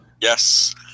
Yes